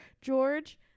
george